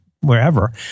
wherever